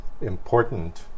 important